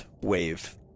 wave